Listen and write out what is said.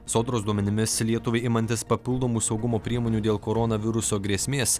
sodros duomenimis lietuvai imantis papildomų saugumo priemonių dėl koronaviruso grėsmės